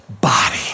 body